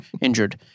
injured